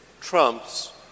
trumps